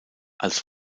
als